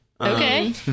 Okay